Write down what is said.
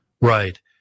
Right